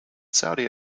saudi